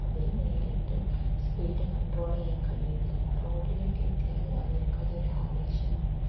അവർ നേരിട്ട് speed control ചെയ്യാൻ കഴിയുന്നില്ല റോഡിലേക്ക് എത്തിയാൽ അവർക്കത് ഒരു ആവശ്യമാണ്